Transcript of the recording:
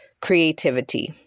creativity